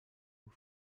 aux